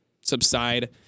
subside